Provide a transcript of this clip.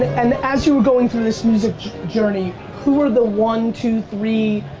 and as you going through this music journey who were the one, two, three,